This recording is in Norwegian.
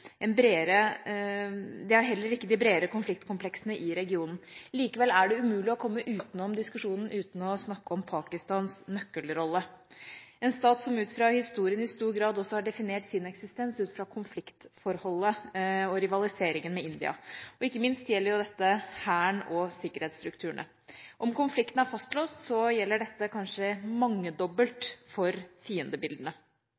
de bredere konfliktkompleksene i regionen. Likevel er det umulig å komme utenom å snakke om Pakistans nøkkelrolle – en stat som historisk i stor grad har definert sin eksistens ut fra konfliktforholdet og rivaliseringen med India. Ikke minst gjelder dette hæren og sikkerhetsstrukturene. Om konflikten er fastlåst, gjelder dette kanskje